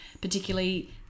particularly